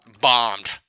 Bombed